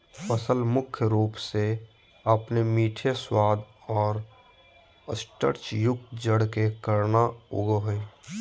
फसल मुख्य रूप से अपने मीठे स्वाद और स्टार्चयुक्त जड़ के कारन उगैय हइ